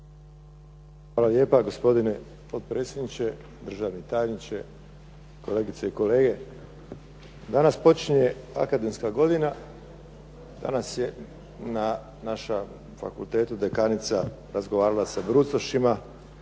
Hvala lijepa gospodine potpredsjedniče, državni tajniče, kolegice i kolege. Danas počinje akademska godina, danas je naša fakultetu dekanica razgovarala sa brucošima.